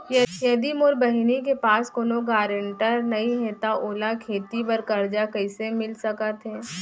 यदि मोर बहिनी के पास कोनो गरेंटेटर नई हे त ओला खेती बर कर्जा कईसे मिल सकत हे?